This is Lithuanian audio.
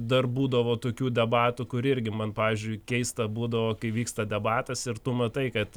dar būdavo tokių debatų kur irgi man pavyzdžiui keista būdavo kai vyksta debatas ir tu matai kad